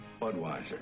Budweiser